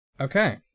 Okay